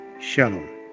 shalom